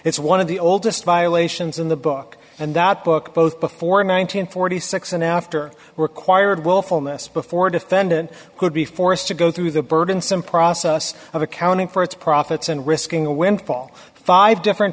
it's one of the oldest violations in the book and that book both before nine hundred and forty six and after required willfulness before defendant could be forced to go through the burdensome process of accounting for its profits and risking a windfall five different